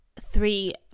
three